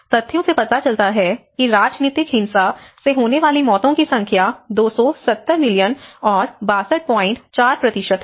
तथ्यों से पता चलता है कि राजनीतिक हिंसा से होने वाली मौतों की संख्या 270 मिलियन और 624 है